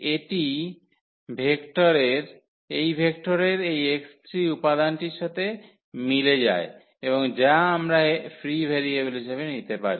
এটি এই ভেক্টরের এই x3 উপাদানটির সাথে মিলে যায় এবং যা আমরা ফ্রি ভেরিয়েবল হিসাবে নিতে পারি